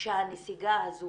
שהנסיגה הזו